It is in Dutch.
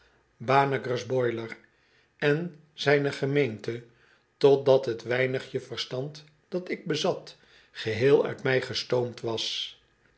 en zijno gemeente totdat tweinigje verstand datik bezat geheel uit mij gestoomd was